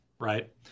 right